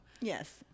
yes